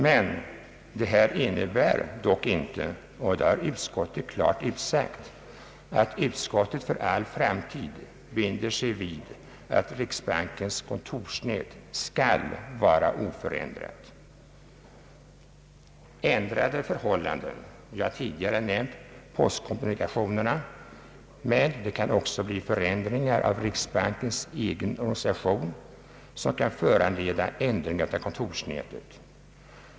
Men detta innebär inte — och det har utskottet klart utsagt — att ut skottet för all framtid binder sig vid att riksbankens kontorsnät skall vara oförändrat. Ändrade postkommunikationer och förändringar av riksbankens egen organisation kan — som vi tidigare nämnt — föranleda ändringar av kontorsnätet.